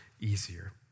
easier